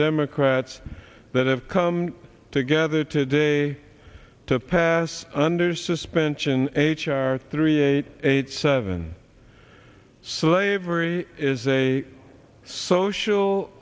democrats that have come together today to pass under suspension h r three eight eight seven so they very is a social